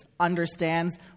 understands